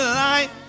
light